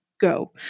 go